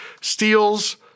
steals